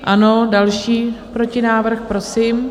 Ano, další protinávrh, prosím.